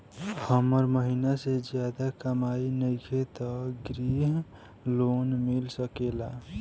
हमर महीना के ज्यादा कमाई नईखे त ग्रिहऽ लोन मिल सकेला?